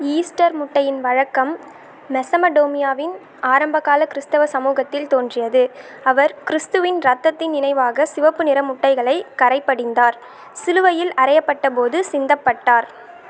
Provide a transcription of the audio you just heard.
Easter முட்டையின் வழக்கம் மெசமடோமியாவின் ஆரம்பகால கிறிஸ்தவ சமூகத்தில் தோன்றியது அவர் கிறிஸ்துவின் இரத்தத்தின் நினைவாக சிவப்பு நிற முட்டைகளை கறை படிந்தார் சிலுவையில் அறையப்பட்டபோது சிந்தப்பட்டார்